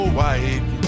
white